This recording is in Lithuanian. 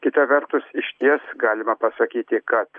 kita vertus išties galima pasakyti kad